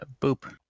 boop